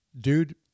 dude